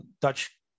Dutch